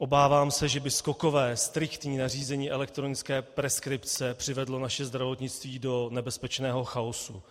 Obávám se, že by skokové, striktní nařízení elektronické preskripce přivedlo naše zdravotnictví do nebezpečného chaosu.